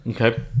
Okay